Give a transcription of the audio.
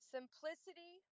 Simplicity